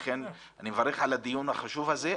לכן אני מברך על הדיון החשוב הזה,